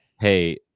hey